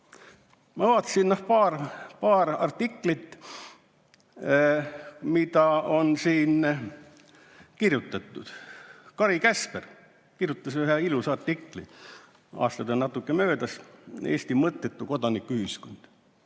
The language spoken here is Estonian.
Ma vaatasin paari artiklit, mida on siin kirjutatud. Kari Käsper kirjutas ühe ilusa artikli, ehkki aastaid on natuke möödas, "Eesti mõttetu kodanikuühiskond".